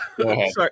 sorry